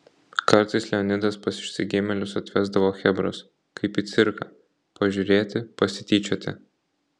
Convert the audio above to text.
kartais leonidas pas išsigimėlius atvesdavo chebros kaip į cirką pažiūrėti pasityčioti